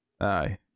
Aye